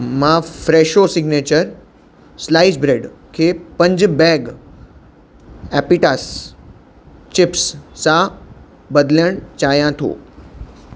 मां Fresho signature sliced bread खे पंज बैग एपीतास चिप्स सां बदिलियणु चाहियां थो